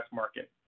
market